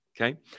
okay